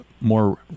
more